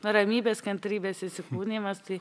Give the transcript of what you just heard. ramybės kantrybės įsikūnijimas tai